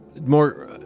more